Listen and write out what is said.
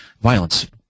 violence